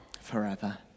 forever